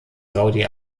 saudi